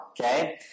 okay